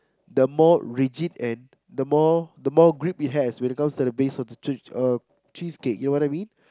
the more rigid and the more the more grip it has when it comes to the base of the cheese~ cheesecake you know what I mean